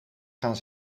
gaan